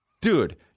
Dude